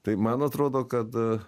tai man atrodo kad